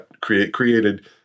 created